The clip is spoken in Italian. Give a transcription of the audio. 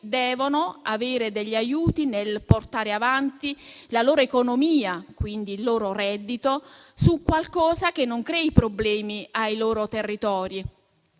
devono avere degli aiuti nel portare avanti la loro economia e il loro reddito, con qualcosa che non crei problemi ai loro territori.